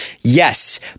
Yes